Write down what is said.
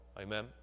Amen